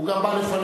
הוא גם בא לפניך.